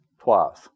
twice